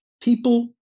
people